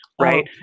right